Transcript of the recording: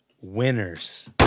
winners